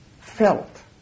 felt